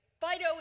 Fido